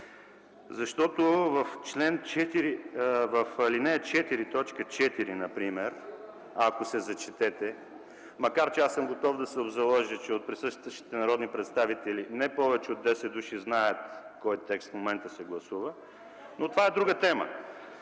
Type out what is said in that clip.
защото в ал. 4, т. 4 например, ако се зачетете – макар че аз съм готов да се обзаложа, че от присъстващите народни представители не повече от десет души знаят кой текст се гласува в момента, но това е друга тема